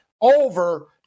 over